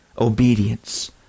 obedience